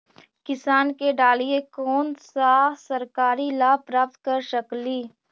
किसान के डालीय कोन सा सरकरी लाभ प्राप्त कर सकली?